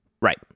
right